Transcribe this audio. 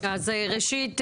ראשית,